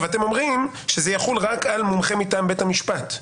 אתם אומרים שזה יחול רק על מומחה מטעם בית המשפט,